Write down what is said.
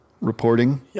reporting